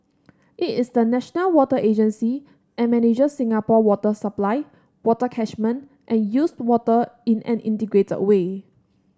it is the national water agency and manager Singapore water supply water catchment and used water in an integrated way